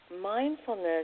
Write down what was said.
mindfulness